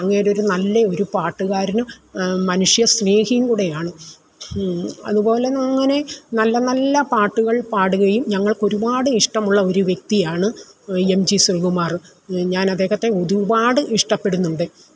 അങ്ങേരൊരു നല്ല ഒരു പാട്ടുകാരനും മനുഷ്യസ്നേഹിയും കൂടെയാണ് അതുപോലെ അങ്ങനെ നല്ല നല്ല പാട്ടുകൾ പാടുകയും ഞങ്ങൾക്കൊരുപാട് ഇഷ്ടമുള്ള ഒരു വ്യക്തിയാണ് എം ജീ ശ്രീകുമാർ ഞാനദ്ദേഹത്തെ ഒരുപാട് ഇഷ്ടപ്പെടുന്നുണ്ട്